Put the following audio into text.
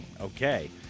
Okay